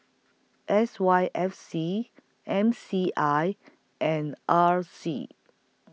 S Y F C M C I and R C